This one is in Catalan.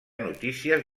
notícies